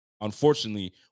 Unfortunately